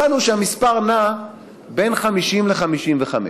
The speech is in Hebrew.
מצאנו שהמספר נע בין 50 ל-55.